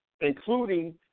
including